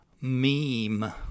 meme